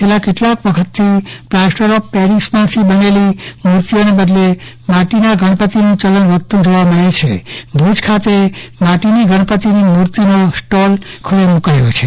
છેલ્લા કેટલાક વખતથી પ્લાસ્ટર ઓફ પેરીસ માંથી બનેલા મૂર્તિઓને બદલે માટીના ગણપતિનું ચલણ વધતું જોવા મળે છે ત્યારે ભુજ ખાતે ગણપતિની માટીની મૂર્તિઓનો સ્ટોલ ખુલ્લો મુકાયો છે